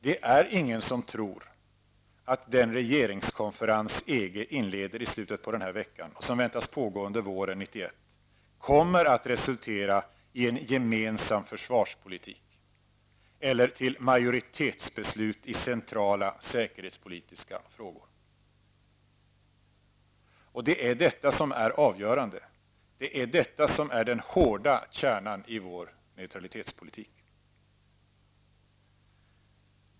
Det är ingen som tror att den regeringskonferens EG inleder i slutet på den här veckan, och som väntas pågå under våren 1991, kommer att resultera i en gemensam försvarspolitik eller till majoritetsbeslut i centrala säkerhetspolitiska frågor. Och det är detta som är avgörande. Det är detta som är den hårda kärnan i vår neutralitetspolitik.